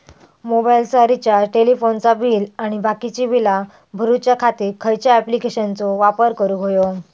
मोबाईलाचा रिचार्ज टेलिफोनाचा बिल आणि बाकीची बिला भरूच्या खातीर खयच्या ॲप्लिकेशनाचो वापर करूक होयो?